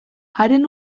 haren